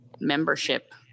membership